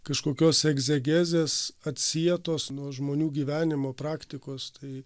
kažkokios egzegezės atsietos nuo žmonių gyvenimo praktikos tai